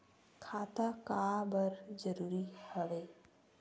खाता का बर जरूरी हवे?